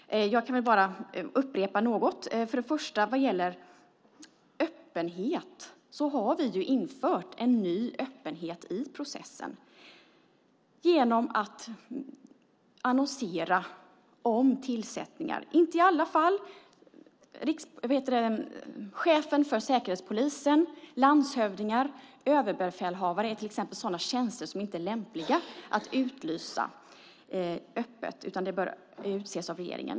Jag kan bara upprepa något. Vad gäller öppenhet har vi infört en ny öppenhet i processen genom att annonsera om tillsättningar. Det sker inte i samtliga fall. Chefen för Säkerhetspolisen, landshövdingar och överbefälhavare är till exempel tjänster som inte är lämpliga att utlysa öppet, utan dessa bör utses av regeringen.